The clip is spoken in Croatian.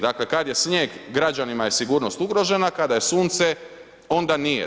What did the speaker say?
Dakle kada je snijeg građanima je sigurnost ugrožena, kada je sunce onda nije.